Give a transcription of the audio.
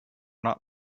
not